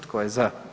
Tko je za?